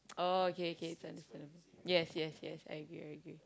oh okay okay it's understandable yes yes yes I agree I agree